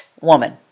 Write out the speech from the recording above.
woman